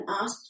asked